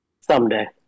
Someday